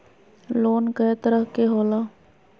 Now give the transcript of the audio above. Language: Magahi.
लोन कय तरह के होला?